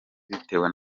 bitewe